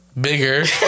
bigger